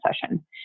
session